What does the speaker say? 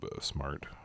Smart